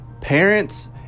parents